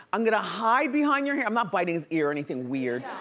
i'm gonna hide behind your hair. i'm not biting his ear or anything weird.